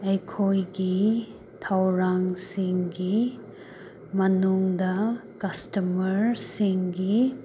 ꯑꯩꯈꯣꯏꯒꯤ ꯊꯧꯔꯥꯡꯁꯤꯡꯒꯤ ꯃꯅꯨꯡꯗ ꯀꯁꯇꯃꯔꯁꯤꯡꯒꯤ